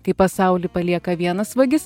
kai pasaulį palieka vienas vagis